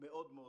גדול מאוד.